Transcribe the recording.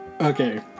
Okay